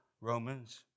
Romans